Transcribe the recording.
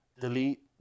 delete